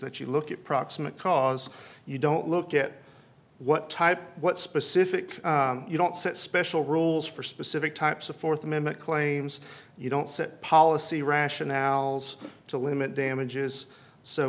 that you look at proximate cause you don't look at what type what specific you don't set special rules for specific types of th amendment claims you don't set policy rationales to limit damages so